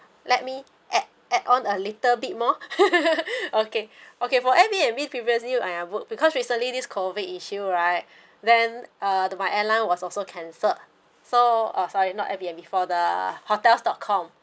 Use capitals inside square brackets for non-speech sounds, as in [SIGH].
let me add add on a little bit more [LAUGHS] okay okay for airbnb previously I booked because recently this COVID issue right [BREATH] then uh the my airline was also cancelled so uh sorry not airbnb for the hotels dot com